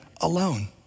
alone